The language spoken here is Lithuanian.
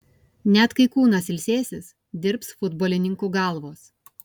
net kai kūnas ilsėsis dirbs futbolininkų galvos